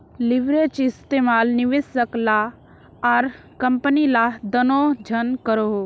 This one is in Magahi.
लिवरेज इस्तेमाल निवेशक ला आर कम्पनी ला दनोह जन करोहो